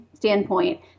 standpoint